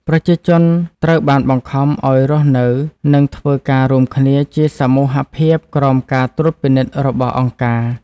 ប្រជាជនត្រូវបានបង្ខំឱ្យរស់នៅ និងធ្វើការរួមគ្នាជាសមូហភាពក្រោមការត្រួតពិនិត្យរបស់ "អង្គការ"។